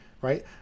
right